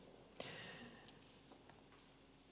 talman